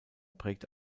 prägt